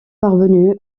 parvenu